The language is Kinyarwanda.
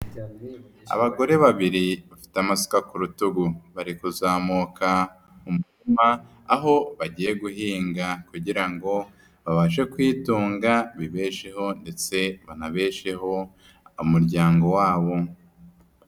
Abagore babiri bafite amasuka ku rutugu, bari kuzamuka mu murima aho bagiye guhinga kugira ngo babashe kwitunga bibesheho ndetse banabesheho umuryango wabo.